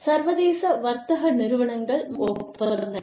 சர்வதேச வர்த்தக நிறுவனங்கள் மற்றும் ஒப்பந்தங்கள்